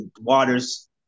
Waters